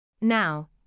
Now